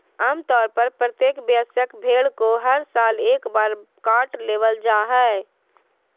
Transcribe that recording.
आम तौर पर प्रत्येक वयस्क भेड़ को हर साल एक बार काट लेबल जा हइ